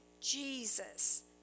Jesus